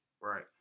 Right